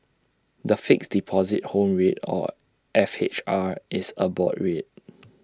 the Fixed Deposit Home Rate or F H R is A board rate